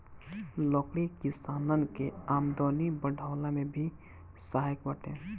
लकड़ी किसानन के आमदनी बढ़वला में भी सहायक बाटे